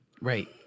Right